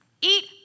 Eat